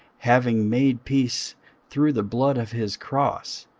having made peace through the blood of his cross,